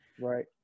Right